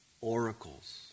oracles